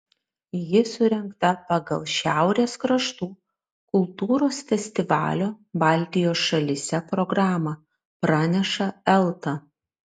ji surengta pagal šiaurės kraštų kultūros festivalio baltijos šalyse programą praneša elta